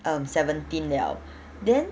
um seventeen liao then